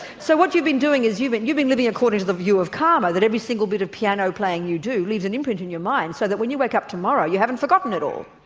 so what you've been doing is you've been you've been living according to the view of karma that every single bit of piano playing you do leaves an imprint in your mind so that when you wake up tomorrow you haven't forgotten it all.